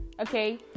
okay